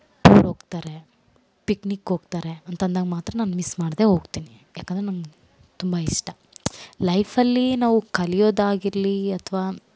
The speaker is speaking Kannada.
ಟೂರ್ ಹೋಗ್ತಾರೆ ಪಿಕ್ನಿಕ್ ಹೋಗ್ತಾರೆ ಅಂತಂದಾಗ ಮಾತ್ರ ನಾನು ಮಿಸ್ ಮಾಡಿದೆ ಹೋಗ್ತಿನಿ ಯಾಕಂದರೆ ನಂಗೆ ತುಂಬ ಇಷ್ಟ ಲೈಫಲ್ಲಿ ನಾವು ಕಲಿಯೋದು ಆಗಿರಲಿ ಅಥ್ವ